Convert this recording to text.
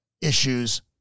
issues